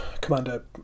commander